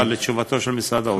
לתשובתו של משרד האוצר.